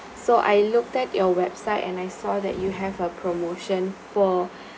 so I looked at your website and I saw that you have a promotion for